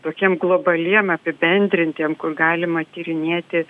tokiem globaliem apibendrintiem kur galima tyrinėti